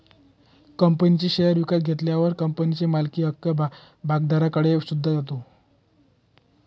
कंपनीचे शेअर विकत घेतल्यावर कंपनीच्या मालकी हक्क भागधारकाकडे सुद्धा जातो